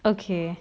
okay